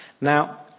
Now